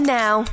now